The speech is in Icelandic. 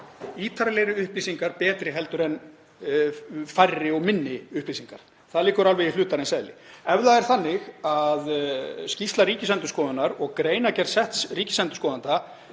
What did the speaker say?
ítarlegri upplýsingar betri en færri og minni upplýsingar. Það liggur alveg í hlutarins eðli. Ef það er þannig að skýrsla Ríkisendurskoðunar og greinargerð setts ríkisendurskoðanda